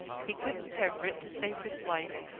he couldn't have writ to save his life!